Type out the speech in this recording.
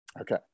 Okay